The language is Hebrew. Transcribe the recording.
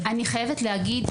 אני חייבת להגיד,